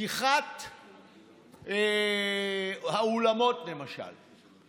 פתיחת האולמות, למשל.